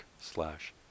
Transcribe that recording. slash